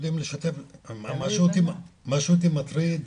מה שאותי מטריד,